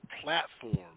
platform